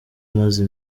umaze